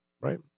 right